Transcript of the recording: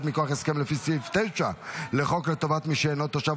מכוח הסכם לפי סעיף 9 לחוק לטובת מי שאינו תושב),